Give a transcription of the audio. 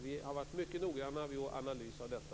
Vi har varit mycket noggranna i vår analys av detta.